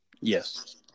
Yes